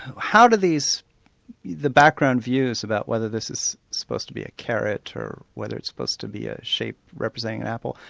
how did the background views about whether this is supposed to be a carrot or whether it's supposed to be a shape representing an apple,